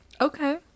okay